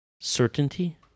certainty